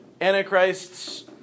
Antichrist's